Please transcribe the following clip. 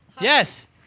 Yes